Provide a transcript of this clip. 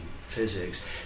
physics